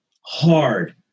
hard